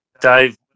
Dave